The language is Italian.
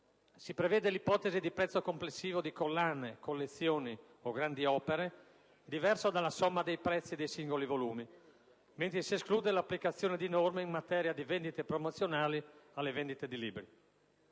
Si prevede l'ipotesi di prezzo complessivo di collane, collezioni o grandi opere diverso dalla somma dei prezzi dei singoli volumi, mentre si esclude l'applicazione di norme in materia di vendite promozionali alle vendite di libri.